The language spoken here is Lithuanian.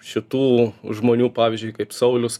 šitų žmonių pavyzdžiui kaip saulius